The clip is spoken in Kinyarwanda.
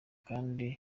kandi